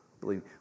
Believe